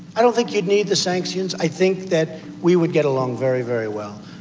i don't think you'd need the sanctions. i think that we would get along very, very well.